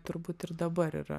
turbūt ir dabar yra